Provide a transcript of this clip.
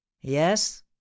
yes